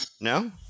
No